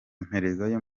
mperezayo